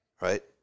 right